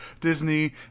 Disney